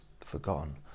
forgotten